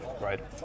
right